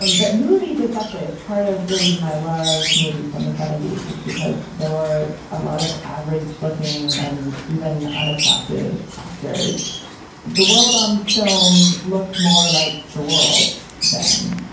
um but movies, especially as part of the reason i love movies from the seventy s is because there are a lot of average looking and even unattractive actors the world on film looked more like the world's then.